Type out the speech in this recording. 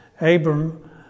Abram